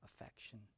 affection